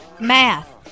math